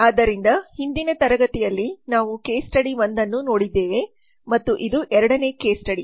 ಆದ್ದರಿಂದ ಹಿಂದಿನ ತರಗತಿಯಲ್ಲಿ ನಾವು ಕೇಸ್ ಸ್ಟಡಿ 1 ಅನ್ನು ನೋಡಿದ್ದೇವೆ ಮತ್ತು ಇದು ಎರಡನೇ ಕೇಸ್ ಸ್ಟಡಿ